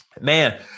man